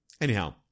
Anyhow